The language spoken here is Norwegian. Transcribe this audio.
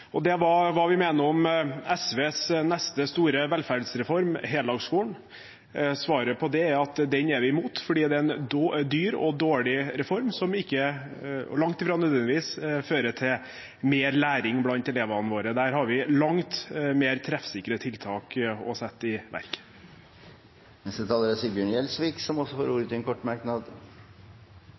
del. Spørsmålet var hva vi mener om SVs neste store velferdsreform, heldagsskolen. Svaret på det er at den er vi imot, fordi det er en dyr og dårlig reform som langt fra nødvendigvis fører til mer læring blant elevene våre. Der har vi langt mer treffsikre tiltak å sette i verk. Representanten Sigbjørn Gjelsvik har hatt ordet to ganger tidligere og får ordet til en kort merknad,